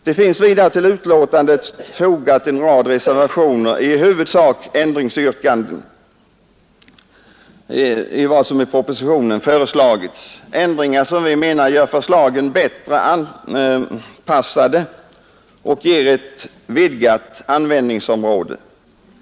Det finns vidare till betänkandet fogat en rad reservationer, i huvudsak ändringsyrkanden i vad som i propositionen föreslagits — ändringar som vi menar gör förslagen bättre anpassade och ger ett vidgat användningsområde.